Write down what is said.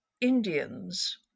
Indians